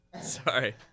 Sorry